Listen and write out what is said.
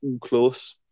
close